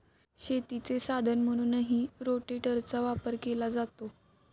शेतीचे साधन म्हणूनही रोटेटरचा वापर केला जातो